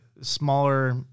smaller